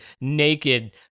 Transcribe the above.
naked